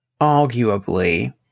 arguably